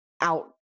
out